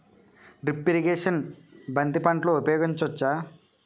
Drip irrigation బంతి పంటలో ఊపయోగించచ్చ?